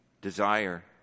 desire